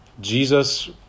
Jesus